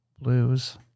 blues